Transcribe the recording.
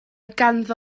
ganddo